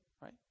right